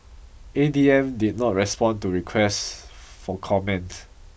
A D M did not respond to requests for comment